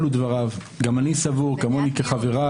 אלו דבריו: "גם אני סבור, כמוני כחבריי,